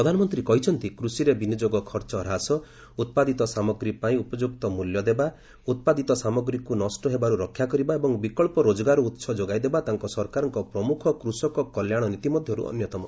ପ୍ରଧାନମନ୍ତ୍ରୀ କହିଛନ୍ତି କୃଷିରେ ବିନିଯୋଗ ଖର୍ଚ୍ଚ ହ୍ରାସ ଉତ୍ପାଦିତ ସାମଗ୍ରୀ ପାଇଁ ଉପଯୁକ୍ତ ମୂଲ୍ୟ ଦେବା ଉତ୍ପାଦିତ ସାମଗ୍ରୀକୁ ନଷ୍ଟ ହେବାର୍ ରକ୍ଷା କରିବା ଏବଂ ବିକଳ୍ପ ରୋଜଗାର ଉହ ଯୋଗାଇ ଦେବା ତାଙ୍କ ସରକାରଙ୍କ ପ୍ରମୁଖ କୃଷକ କଲ୍ୟାଣ ନୀତି ମଧ୍ୟରୁ ଅନ୍ୟତମ